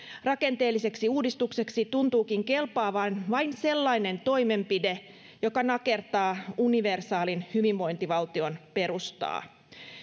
rakenteelliseksi uudistukseksi tuntuukin kelpaavan vain sellainen toimenpide joka nakertaa universaalin hyvinvointivaltion perustaa